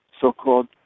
so-called